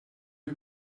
you